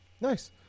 Nice